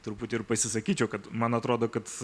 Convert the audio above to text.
truputį ir pasisakyčiau kad man atrodo kad